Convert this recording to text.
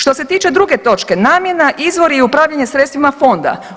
Što se tiče druge točke namjena, izvori i upravljanje sredstvima fonda.